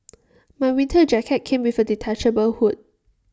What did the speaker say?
my winter jacket came with A detachable hood